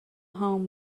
home